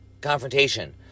confrontation